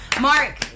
Mark